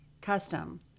custom